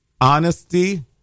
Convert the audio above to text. honesty